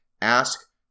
Ask